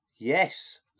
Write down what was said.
Yes